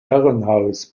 herrenhaus